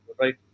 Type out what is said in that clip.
right